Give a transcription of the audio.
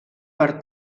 per